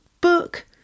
book